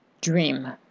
dream